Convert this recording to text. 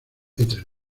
entre